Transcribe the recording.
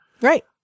right